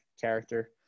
character